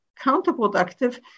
counterproductive